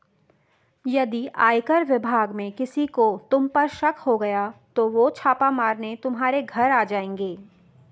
यदि आयकर विभाग में किसी को तुम पर शक हो गया तो वो छापा मारने तुम्हारे घर आ जाएंगे